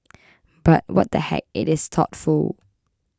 but what the heck it is thoughtful